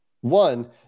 one